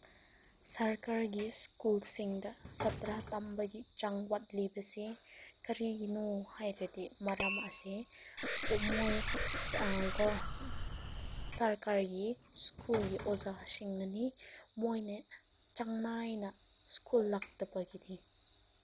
ꯁꯔꯀꯥꯔꯒꯤ ꯁ꯭ꯀꯨꯜꯁꯤꯡꯗ ꯁꯥꯇ꯭ꯔꯥ ꯇꯝꯕꯒꯤ ꯆꯥꯡ ꯋꯥꯠꯂꯤꯕꯁꯤ ꯀꯔꯤꯒꯤꯅꯣ ꯍꯥꯏꯔꯗꯤ ꯃꯔꯝ ꯑꯁꯤ ꯁꯔꯀꯥꯔꯒꯤ ꯁ꯭ꯀꯨꯜ ꯑꯣꯖꯥꯁꯤꯡꯅꯅꯤ ꯃꯣꯏꯅ ꯆꯥꯡ ꯅꯥꯏꯅ ꯁ꯭ꯀꯨꯜ ꯂꯥꯛꯇꯕꯒꯤꯅꯤ